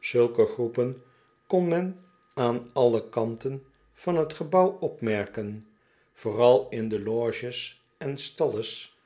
zulke groepen kon men aan alle kanten van t gebouw opmerken vooral in de loges en stalles